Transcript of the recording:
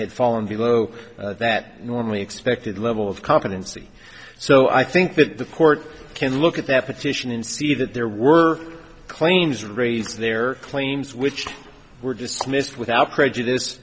had fallen below that normally expected level of competency so i think that the court can look at that petition in see that there were claims raise their claims which were dismissed without prejudice